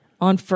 on